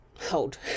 hold